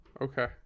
okay